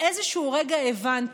באיזשהו רגע הבנתי,